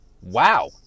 wow